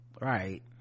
Right